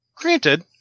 Granted